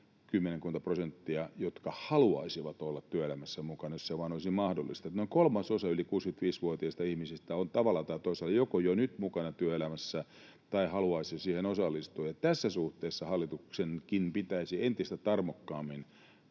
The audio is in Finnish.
jotka haluaisivat olla työelämässä mukana, jos se vain olisi mahdollista. Eli noin kolmasosa yli 65-vuotiasta ihmisistä on tavalla tai toisella joko jo nyt mukana työelämässä tai haluaisi siihen osallistua, ja tässä suhteessa hallituksenkin pitäisi entistä tarmokkaammin